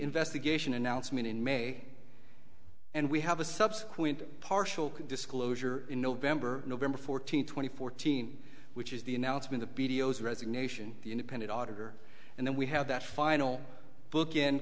investigation announcement in may and we have a subsequent partial can disclosure in november november fourteenth twenty fourteen which is the announcement of b t o his resignation the independent auditor and then we have that final book